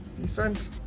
Decent